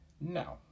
Now